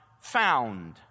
found